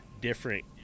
different